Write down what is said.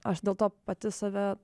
aš dėl to pati save